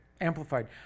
Amplified